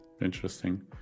Interesting